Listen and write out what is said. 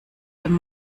dem